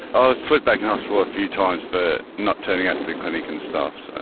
i was put back in hospital a few times for not turning up at the clinic and stuff